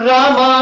Rama